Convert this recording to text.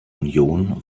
union